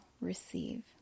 receive